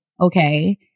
okay